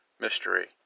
mystery